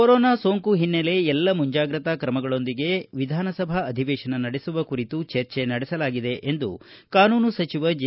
corona ಸೋಂಕು ಹಿನ್ನೆಲೆ ಎಲ್ಲಾ ಮುಂಜಾಗ್ರತಾ ಕ್ರಮಗಳೊಂದಿಗೆ ವಿಧಾನಸಭಾ ಅಧಿವೇಶನ ನಡೆಸುವ ಕುರಿತು ಚರ್ಚೆ ನಡೆಸಲಾಗಿದೆ ಎಂದು ಕಾನೂನು ಸಚಿವ ಜೆ